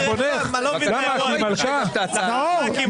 נאור,